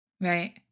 Right